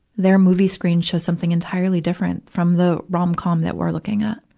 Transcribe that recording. their movie screen shows something entirely different from the rom-com that we're looking at.